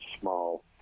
small